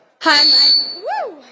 Hi